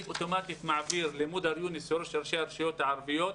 אני אוטומטית מעביר למודר יונס שהוא יושב ראש ראשי הרשויות הערביות,